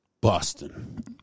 Boston